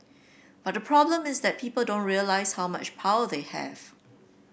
but the problem is that people don't realise how much power they have